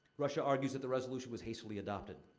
russia argues that the resolution was hastily adopted.